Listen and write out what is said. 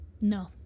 No